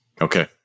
Okay